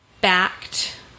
backed